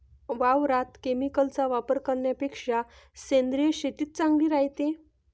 वावरात केमिकलचा वापर करन्यापेक्षा सेंद्रिय शेतीच चांगली रायते